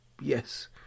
Yes